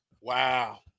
wow